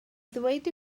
ddweud